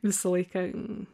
visą laiką